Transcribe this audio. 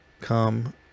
come